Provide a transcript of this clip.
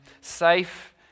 Safe